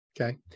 Okay